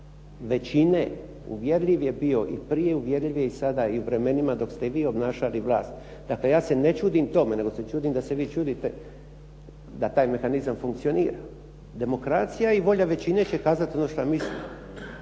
većine uvjerljiv je bio i prije, uvjerljiv je i sada i u vremenima dok ste vi obnašali vlast. Dakle, ja se ne čudim tome, nego se čudim da se vi čudite da taj mehanizam funkcionira. Demokracija i volja većine će kazat ono što misli.